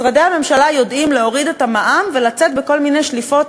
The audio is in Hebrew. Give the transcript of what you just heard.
משרדי הממשלה יודעים להוריד את המע"מ ולצאת בכל מיני שליפות